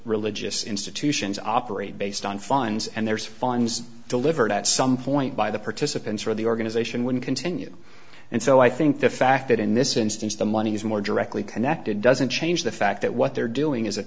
religious institutions operate based on fines and there's fines delivered at some point by the participants or the organization would continue and so i think the fact that in this instance the money is more directly connected doesn't change the fact that what they're doing is